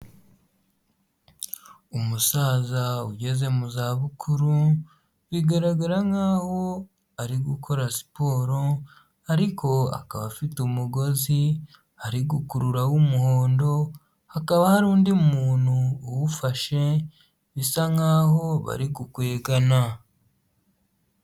Umusaza ugeze mu zabukuru, bigaragara nk'aho ari gukora siporo ariko akaba afite umugozi ari gukurura w'umuhondo, hakaba hari undi muntu uwufashe bisa nk'aho bari gukwegana.